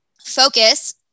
focus